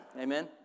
amen